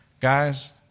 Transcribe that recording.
Guys